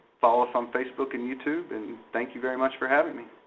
follow us on facebook and youtube. and thank you very much for having me.